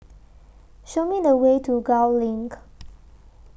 Show Me The Way to Gul LINK